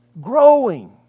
growing